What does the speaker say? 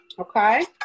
Okay